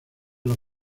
los